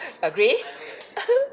agree